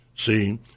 See